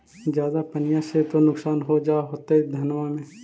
ज्यादा पनिया से तो नुक्सान हो जा होतो धनमा में?